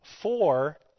four